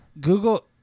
Google